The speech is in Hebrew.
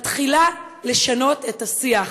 מתחילה לשנות את השיח.